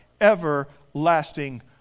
everlasting